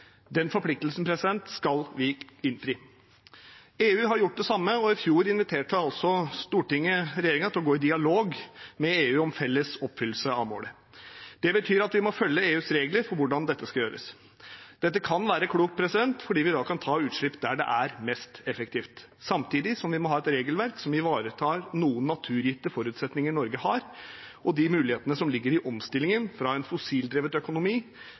Den forpliktelsen skal vi innfri. EU har gjort det samme, og i fjor inviterte Stortinget regjeringen til å gå i dialog med EU om felles oppfyllelse av målet. Det betyr at vi må følge EUs regler for hvordan dette skal gjøres. Dette kan være klokt fordi vi da kan ta utslipp der det er mest effektivt, samtidig må vi ha et regelverk som ivaretar noen naturgitte forutsetninger Norge har, og de mulighetene som ligger i omstillingen fra en fossildrevet økonomi